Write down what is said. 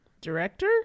Director